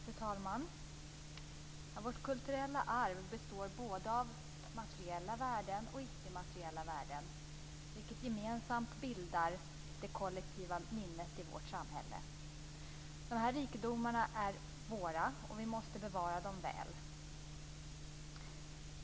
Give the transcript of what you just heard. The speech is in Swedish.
Fru talman! Vårt kulturella arv består både av materiella värden och av icke-materiella värden, vilket gemensamt bildar det kollektiva minnet i vårt samhälle. De här rikedomarna är våra, och vi måste bevara dem väl.